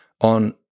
on